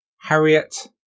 Harriet